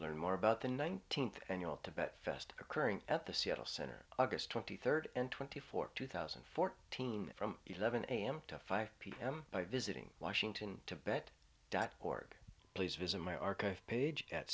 learn more about the nineteenth annual tibet fest occurring at the seattle center august twenty third and twenty fourth two thousand and fourteen from eleven am to five pm by visiting washington to vet dot org please visit my archive page at